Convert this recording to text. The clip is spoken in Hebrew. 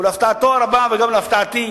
ולהפתעתו הרבה וגם להפתעתי,